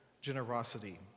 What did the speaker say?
generosity